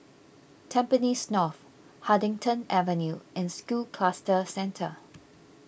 Tampines North Huddington Avenue and School Cluster Centre